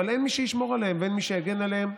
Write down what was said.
אבל אין מי שישמור עליהם ואין מי שיגן עליהם.